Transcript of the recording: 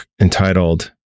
entitled